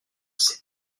ses